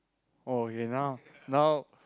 oh okay now now